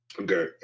Okay